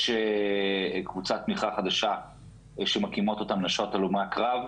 יש קבוצת תמיכה חדשה שמקימות אותה נשות הלומי הקרב,